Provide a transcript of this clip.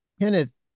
Kenneth